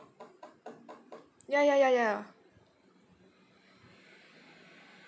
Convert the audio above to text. ya ya ya ya